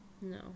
No